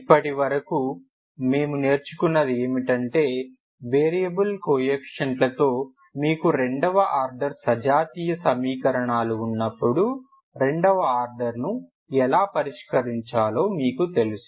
ఇప్పటివరకు మేము నేర్చుకున్నది ఏమిటంటే వేరియబుల్ కోఎఫీషియంట్లతో మీకు రెండవ ఆర్డర్ సజాతీయ సమీకరణాలు ఉన్నప్పుడు రెండవ ఆర్డర్ను ఎలా పరిష్కరించాలో మీకు తెలుసు